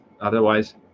otherwise